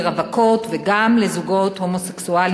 לרווקות וגם לזוגות הומוסקסואלים,